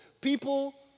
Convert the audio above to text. people